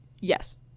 Yes